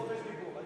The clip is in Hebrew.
חופש הדיבור.